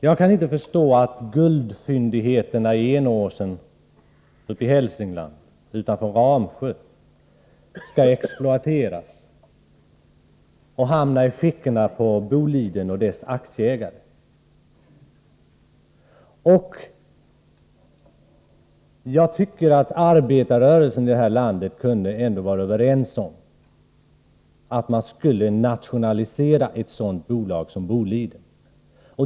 Jag kan inte förstå varför vinsten från exempelvis guldfyndigheterna i Enåsen utanför Ramsjö i Hälsingland skall hamna i fickorna på Boliden AB:s aktieägare. Inom arbetarrörelsen i det här landet kunde man väl vara överens om att nationalisera ett sådant bolag som Boliden.